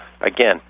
Again